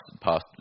past